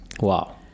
Wow